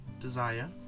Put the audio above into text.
desire